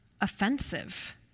offensive